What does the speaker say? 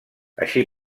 així